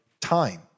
time